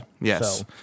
Yes